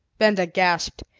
benda gasped.